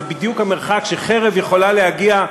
זה בדיוק המרחק שחרב יכולה להגיע,